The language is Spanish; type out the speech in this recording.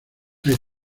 hay